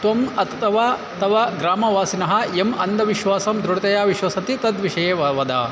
त्वम् अथवा तव ग्रामवासिनः यम् अन्धविश्वासं दृढतया विश्वसति तद्विषये व वद